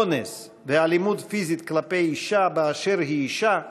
אונס ואלימות פיזית כלפי אישה באשר היא אישה,